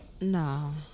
No